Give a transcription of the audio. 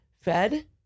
fed